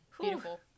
Beautiful